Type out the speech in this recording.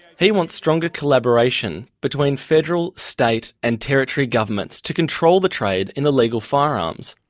he wants stronger collaboration between federal, state and territory governments to control the trade in illegal firearms.